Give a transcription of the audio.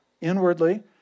inwardly